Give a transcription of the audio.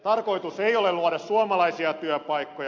tarkoitus ei ole luoda suomalaisia työpaikkoja